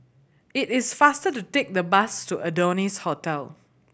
it is faster to take the bus to Adonis Hotel